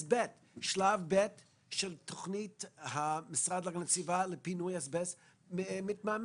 אזבסט שלב ב' של תוכנית המשרד להגנת הסביבה לפינוי אזבסט מתמהמה.